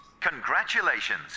congratulations